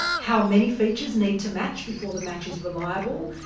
ah how many features need to match before the match is reliable?